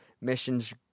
missions